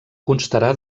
constarà